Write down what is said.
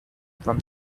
from